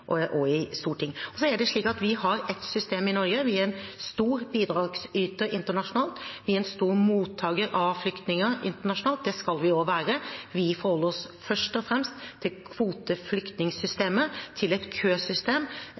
og i storting. Og det er slik at vi har et system i Norge. Vi er en stor bidragsyter internasjonalt. Vi er en stor mottaker av flyktninger internasjonalt – det skal vi også være. Vi forholder oss først og fremst til kvoteflyktningsystemet, til et køsystem,